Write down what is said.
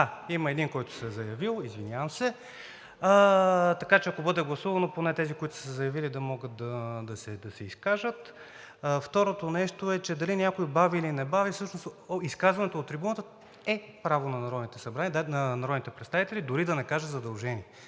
А, има един, който се е заявил, извинявам се. Така че, ако бъде гласувано, поне тези, които са се заявили, да могат да се изкажат. Второто нещо е, че дали някой бави, или не бави, всъщност изказването от трибуната е право на народните представители, дори да не кажа задължение,